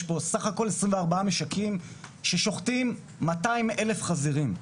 יש פה סך הכול 24 משקים ששוחטים 200,000 חזירים.